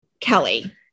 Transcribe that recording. Kelly